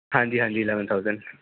ਹਾਂਜੀ ਹਾਂਜੀ eleven thousand